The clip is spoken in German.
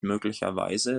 möglicherweise